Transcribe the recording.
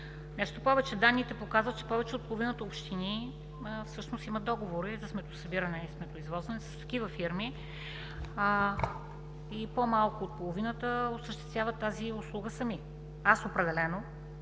данните показват, че повече от половината общини имат договори за сметосъбиране и сметоизвозване с такива фирми. По-малко от половината осъществяват тази услуга сами. Определено